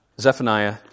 Zephaniah